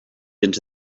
into